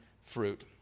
fruit